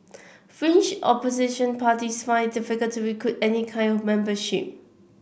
fringe opposition parties find it difficult to recruit any kind of membership